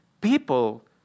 People